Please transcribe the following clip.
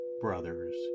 brothers